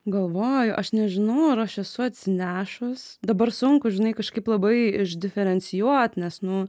galvoju aš nežinau ar aš esu atsinešus dabar sunku žinai kažkaip labai išdiferencijuot nes nuo